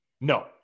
No